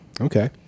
Okay